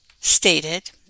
stated